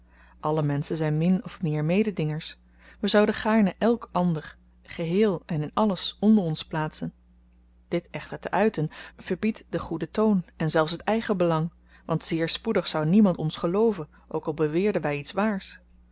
alle menschen zyn min of meer mededingers we zouden gaarne èlk ander geheel en in alles onder ons plaatsen dit echter te uiten verbiedt de goede toon en zelfs het eigenbelang want zeer spoedig zou niemand ons gelooven ook al beweerden wy iets waars